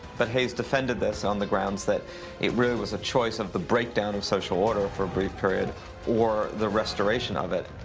but hayes defended this on the grounds that it really was a choice of the breakdown of social order for a brief period or the restoration of it.